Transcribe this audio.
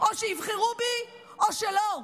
או שיבחרו בי או שלא.